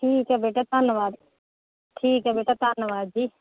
ਠੀਕ ਹੈ ਬੇਟਾ ਧੰਨਵਾਦ ਠੀਕ ਹੈ ਬੇਟਾ ਧੰਨਵਾਦ ਜੀ